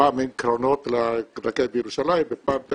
ופעם אין קרונות לרכבת בירושלים ופעם זה